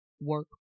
work